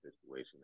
situation